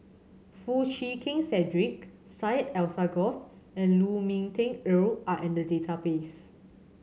Foo Chee Keng Cedric Syed Alsagoff and Lu Ming Teh Earl are in the database